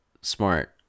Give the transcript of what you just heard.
smart